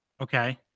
Okay